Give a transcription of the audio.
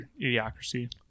idiocracy